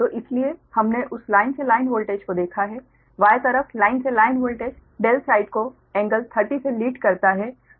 तो इसलिए हमने उस लाइन से लाइन वोल्टेज को देखा है Y तरफ लाइन से लाइन वोल्टेज ∆ साइड को कोण 300 से लीड करता है